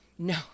No